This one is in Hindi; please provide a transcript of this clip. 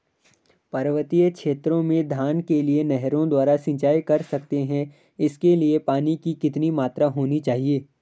पर्वतीय क्षेत्रों में धान के लिए नहरों द्वारा सिंचाई कर सकते हैं इसके लिए पानी की कितनी मात्रा होनी चाहिए?